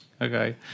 Okay